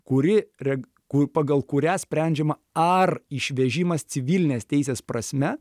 kuri reg ku pagal kurią sprendžiama ar išvežimas civilinės teisės prasme